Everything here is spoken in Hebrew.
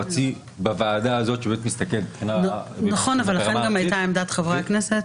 והיא מסתכלת מבחינה וברמה הארצית.